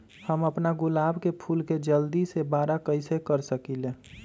हम अपना गुलाब के फूल के जल्दी से बारा कईसे कर सकिंले?